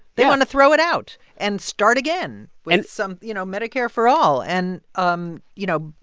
they want to throw it out and start again with some, you know, medicare for all. and, um you know,